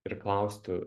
ir klaustų